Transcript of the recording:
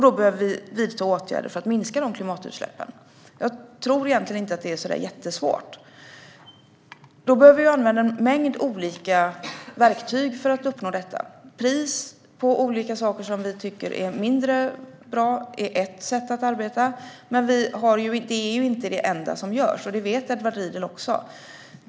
Då behöver vi vidta åtgärder för att minska de klimatutsläppen. Jag tror egentligen inte att det är så där jättesvårt. Vi behöver använda en mängd olika verktyg för att uppnå detta. Pris på olika saker som vi tycker är mindre bra är ett sätt att arbeta. Men det är inte det enda som görs, och det vet Edward Riedl också.